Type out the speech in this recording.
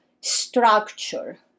structure